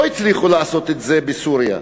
לא הצליחו לעשות את זה בסוריה,